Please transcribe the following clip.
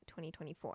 2024